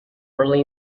early